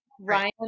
Ryan